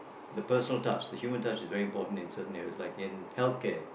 the personal touch the human touch is very important in certain area like in health care